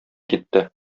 китте